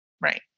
Right